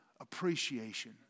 appreciation